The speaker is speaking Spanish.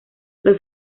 los